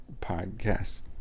podcast